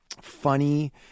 funny